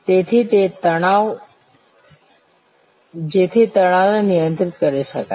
તેથી તે તણાવ જેથી તણાવને નિયંત્રિત કરી શકાય